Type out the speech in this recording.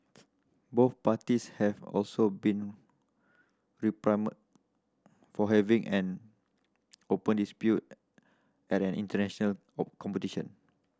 both parties have also been for having an open dispute at an international competition